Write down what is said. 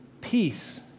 Peace